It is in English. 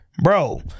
bro